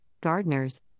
gardeners